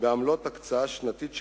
מחויבים בעמלות הקצאה שנתית,